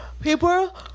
People